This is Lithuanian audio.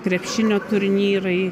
krepšinio turnyrai